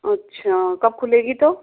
अच्छा कब खुलेगी तो